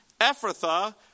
Ephrathah